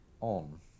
on